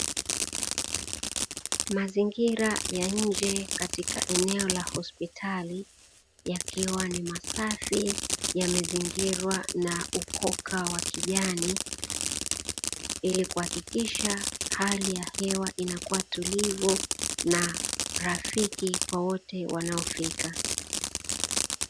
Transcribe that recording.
Mazingira ya nje katika eneo la hospitali yakiwa ni masafi, yamezingirwa na ukoka wa kijani, ili kuhakikisha hali ya hewa inakuwa tulivu na rafiki kwa wote wanaofika.